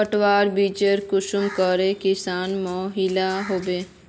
पटवार बिच्ची कुंसम करे किस्मेर मिलोहो होबे?